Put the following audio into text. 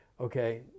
okay